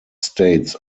states